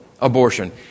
abortion